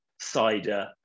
cider